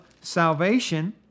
salvation